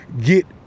get